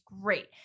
great